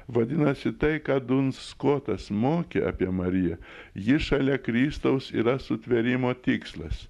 vadinasi tai ką dunskuotas mokė apie mariją ji šalia kristaus yra sutvėrimo tikslas